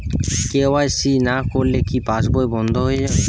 KYC না করলে কি পাশবই বন্ধ হয়ে যাবে?